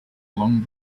long